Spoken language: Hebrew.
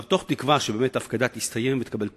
בתקווה שההפקדה תסתיים ותקבל תוקף.